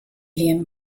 wiem